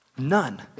None